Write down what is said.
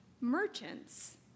merchants